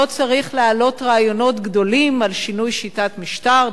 לא צריך להעלות רעיונות גדולים על שינוי שיטת משטר,